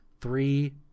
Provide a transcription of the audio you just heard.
Three